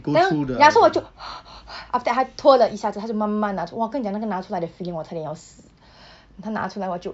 then ya so 我就 after that 他 twirl 了一下子他就慢慢拿出 !wah! 跟你讲那个拿出来的 feeling 我差点要死 他拿出来我就